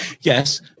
Yes